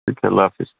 ٹھیک ہے اللہ حافظ